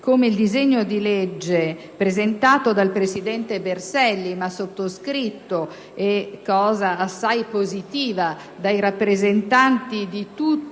come il disegno di legge presentato dal presidente Berselli, ma sottoscritto - cosa assai positiva - dai rappresentanti di tutti